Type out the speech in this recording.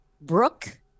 Brooke